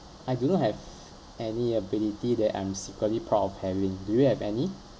I do not have any ability that I'm secretly proud of having do you have any